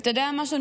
ואתה יודע משהו?